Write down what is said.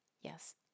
Yes